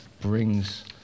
brings